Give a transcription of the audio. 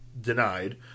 denied